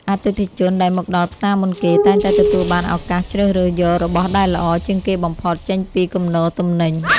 អតិថិជនដែលមកដល់ផ្សារមុនគេតែងតែទទួលបានឱកាសជ្រើសរើសយករបស់ដែលល្អជាងគេបំផុតចេញពីគំនរទំនិញ។